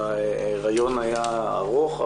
ההיריון היה ארוך,